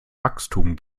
wachstum